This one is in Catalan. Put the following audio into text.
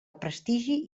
prestigi